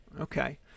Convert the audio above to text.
Okay